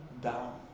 down